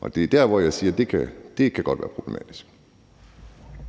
Tredje næstformand (Karsten Hønge):